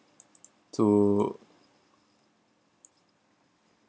to